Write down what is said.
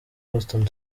boston